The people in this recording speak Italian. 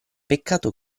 peccato